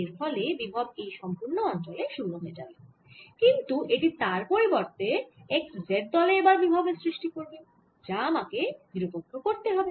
এর ফলে বিভব এই সম্পুর্ণ অঞ্চলে শুন্য হয়ে যাবে কিন্তু এটি তার পরিবর্তে x z তলে এবার বিভবের সৃষ্টি করবে যা আমাকে নিরপেক্ষ করতে হবে